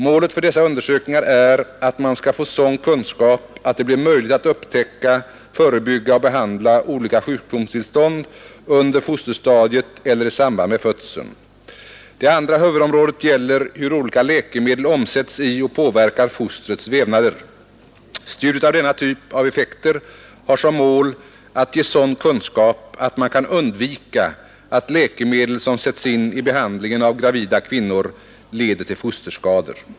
Målet för dessa undersökningar är att man skall få sådan kunskap att det blir möjligt att upptäcka, förebygga och behandla olika sjukdomstillstånd under fosterstadiet eller i samband med födelsen. Det andra huvudområdet gäller hur olika läkemedel omsätts i och påverkar fostrets vävnader. Studiet av denna typ av effekter har som mål att ge sådan kunskap att man kan undvika att läkemedel som sätts in i behandlingen av gravida kvinnor leder till fosterskador.